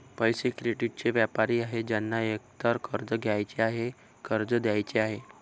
पैसे, क्रेडिटचे व्यापारी आहेत ज्यांना एकतर कर्ज घ्यायचे आहे, कर्ज द्यायचे आहे